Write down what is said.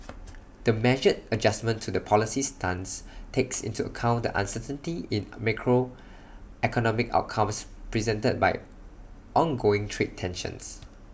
the measured adjustment to the policy stance takes into account the uncertainty in A macroeconomic outcomes presented by ongoing trade tensions